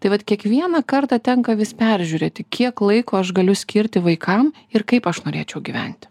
tai vat kiekvieną kartą tenka vis peržiūrėti kiek laiko aš galiu skirti vaikam ir kaip aš norėčiau gyventi